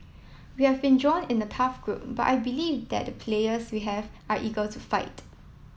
we have been drawn in a tough group but I believe that the players we have are eager to fight